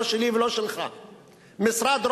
לא שלי ולא שלך,